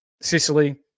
Sicily